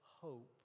hope